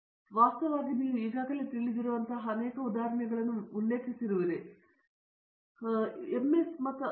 ಪ್ರತಾಪ್ ಹರಿಡೋಸ್ ಸರಿ ವಾಸ್ತವವಾಗಿ ನೀವು ಈಗಾಗಲೇ ತಿಳಿದಿರುವಂತಹ ಅನೇಕ ಉದಾಹರಣೆಗಳನ್ನು ನೀವು ಈಗಾಗಲೇ ಉಲ್ಲೇಖಿಸಿರುವಿರಿ ಉದ್ಯಮ ಅಪ್ಲಿಕೇಶನ್ ಇರಬಹುದು ಮತ್ತು ಪೆಟ್ರೋಲಿಯಂ ಕೈಗಾರಿಕೆಗಳು ಒಂದು ತಿಳಿದಿದೆ